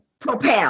propel